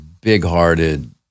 big-hearted